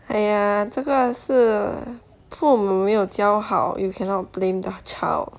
!aiya! 这个是父母没有教好 you cannot blame the child